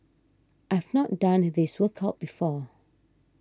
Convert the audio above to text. I've not done this workout before